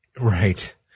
Right